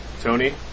Tony